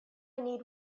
need